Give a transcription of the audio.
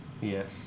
Yes